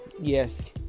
Yes